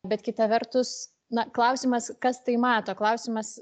bet kita vertus na klausimas kas tai mato klausimas